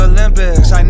Olympics